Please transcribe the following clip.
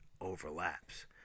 Overlaps